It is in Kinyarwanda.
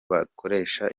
bakoresha